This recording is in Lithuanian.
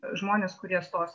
žmones kurie stos